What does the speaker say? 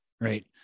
Right